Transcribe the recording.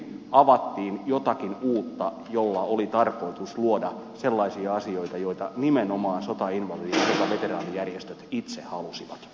avattiin jotakin uutta jolla oli tarkoitus luoda sellaisia asioita joita nimenomaan sotainvalidi ja sotaveteraanijärjestöt itse halusivat